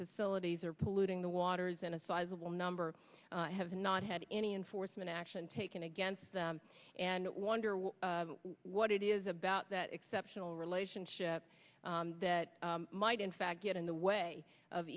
facilities are polluting the waters in a sizable number have not had any enforcement action taken against them and wonder well what it is about that exceptional relationship that might in fact get in the way of